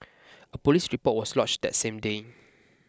a police report was lodged that same day